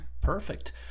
perfect